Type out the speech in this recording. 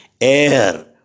Air